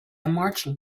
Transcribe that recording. marching